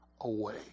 away